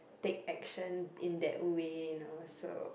take action in that way know so